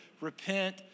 repent